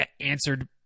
answered